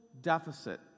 deficit